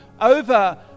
over